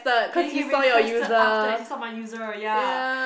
he he requested after he saw my user ya